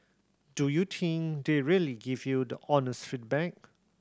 do you think they really give you the honest feedback